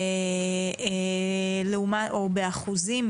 או באחוזים,